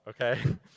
okay